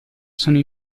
sono